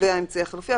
והאמצעי החלופי.